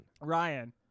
Ryan